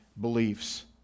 beliefs